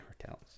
hotels